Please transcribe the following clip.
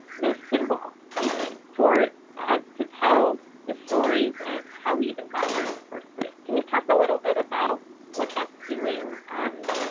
no symbol, even for us to tell the stories of how we even got here in the first place can you talk a little bit about what that's doing? um?